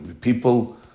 People